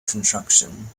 construction